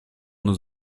nous